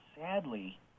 sadly